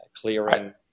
Clearing